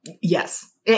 Yes